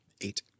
Eight